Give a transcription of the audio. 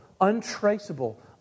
untraceable